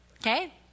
Okay